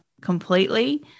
completely